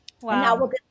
Wow